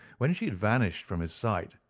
when she had vanished from his sight,